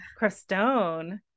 Crestone